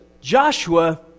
Joshua